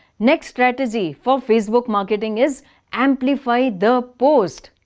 next strategy for facebook marketing is amplify the post.